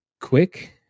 quick